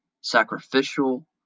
sacrificial